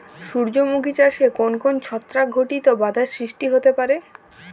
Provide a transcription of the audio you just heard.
সূর্যমুখী চাষে কোন কোন ছত্রাক ঘটিত বাধা সৃষ্টি হতে পারে?